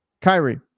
Kyrie